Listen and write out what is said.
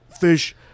fish